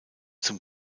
zum